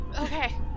Okay